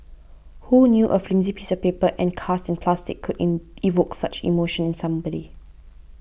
who knew a flimsy piece of paper encased in plastic could in evoke such emotion in somebody